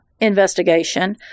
investigation